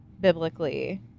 biblically